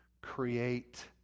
create